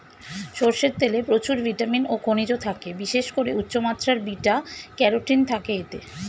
সরষের তেলে প্রচুর ভিটামিন ও খনিজ থাকে, বিশেষ করে উচ্চমাত্রার বিটা ক্যারোটিন থাকে এতে